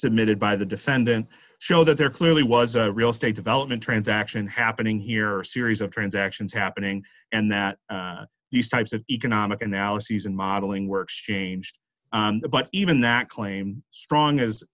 submitted by the defendant show that there clearly was a real estate development transaction happening here or series of transactions happening and that these types of economic analyses and modeling works changed but even that claim strong as